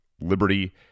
liberty